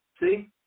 See